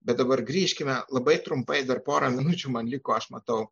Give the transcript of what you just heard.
bet dabar grįžkime labai trumpai dar porą minučių man liko aš matau